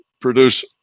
produce